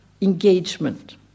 engagement